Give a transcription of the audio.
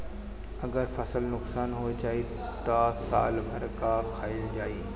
अगर फसल नुकसान हो जाई त साल भर का खाईल जाई